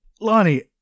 Lonnie